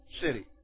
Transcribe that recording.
city